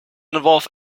involve